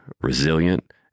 resilient